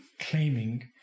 claiming